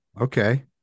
Okay